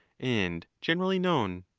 and generally known.